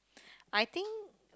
I think